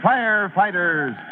Firefighters